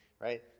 right